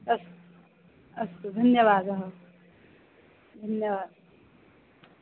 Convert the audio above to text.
अस्त अस्तु धन्यवादः धन्यवादः